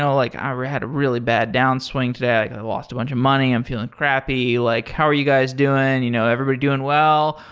and like i had a really bad down swing today. like i lost a bunch of money. i'm feeling crappy. like how are you guys doing? and you know everybody doing well?